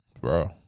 bro